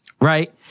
right